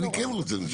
ואני כן רוצה לשמוע.